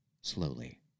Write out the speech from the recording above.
slowly